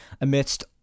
amidst